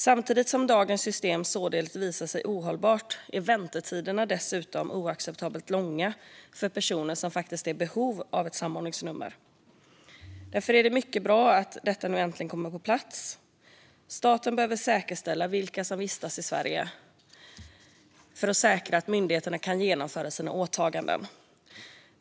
Samtidigt som dagens system alltså har visat sig ohållbart är väntetiderna dessutom oacceptabelt långa för personer som faktiskt är i behov av ett samordningsnummer. Därför är det mycket bra att detta nu äntligen kommer på plats. Staten behöver säkerställa vilka som vistas i Sverige för att säkra att myndigheterna kan genomföra sina åtaganden.